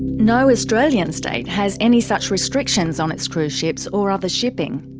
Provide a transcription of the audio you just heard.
no australian state has any such restrictions on its cruise ships or other shipping.